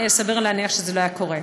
סביר להניח שזה לא היה קורה.